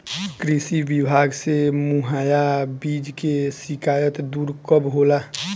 कृषि विभाग से मुहैया बीज के शिकायत दुर कब होला?